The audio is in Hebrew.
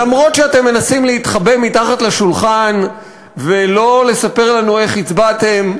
למרות שאתם מנסים להתחבא מתחת לשולחן ולא לספר לנו איך הצבעתם,